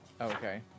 Okay